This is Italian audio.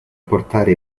portare